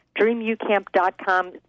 dreamucamp.com